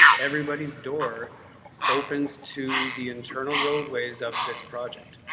everybody's door opens to the internal roadways of this project,